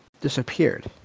disappeared